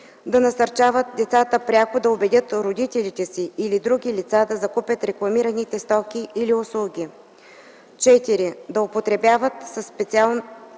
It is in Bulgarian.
да насърчават децата пряко да убедят родителите си или други лица да закупят рекламираните стоки или услуги; 4. да злоупотребяват със специалното